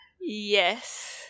Yes